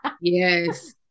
Yes